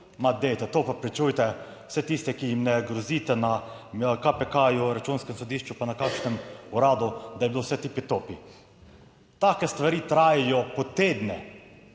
Ma dajte, to prepričujte vse tiste, ki jim ne grozite na KPK, Računskem sodišču, pa na kakšnem uradu, da je bilo vse tipi topi. Take stvari trajajo po tedne.